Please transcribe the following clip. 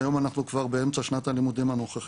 ואנחנו כבר באמצע שנת הלימודים הנוכחית.